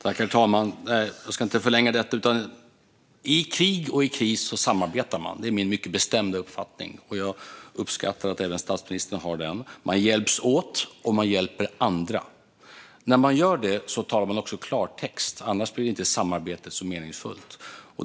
Herr talman! Jag ska inte förlänga detta. I krig och i kris samarbetar man. Det är min mycket bestämda uppfattning, och jag uppskattar att även statsministern har den. Man hjälps åt, och man hjälper andra. När man gör detta talar man också klartext, annars blir inte samarbetet så meningsfullt.